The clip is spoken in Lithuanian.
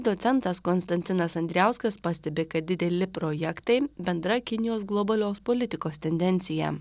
docentas konstantinas andrijauskas pastebi kad dideli projektai bendra kinijos globalios politikos tendencija